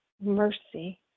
mercy